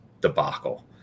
debacle